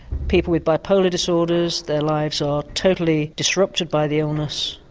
people with bipolar disorders, their lives are totally disrupted by the illness,